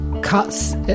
cuts